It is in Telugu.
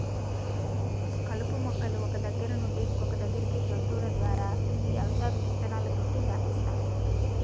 కలుపు మొక్కలు ఒక్క దగ్గర నుండి ఇంకొదగ్గరికి జంతువుల ద్వారా వ్యవసాయం విత్తనాలతోటి వ్యాపిస్తాయి